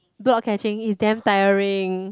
block catching is damn tiring